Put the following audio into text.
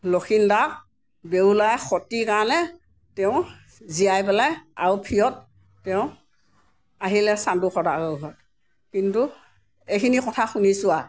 লক্ষন্দক বেউলাই সতী কাৰণে তেওঁ জীয়াই পেলাই আৰু ফিয়ত তেওঁ আহিলে চাণ্ডো সদাগৰৰ ঘৰত কিন্তু এইখিনি কথা শুনিছোঁ আৰু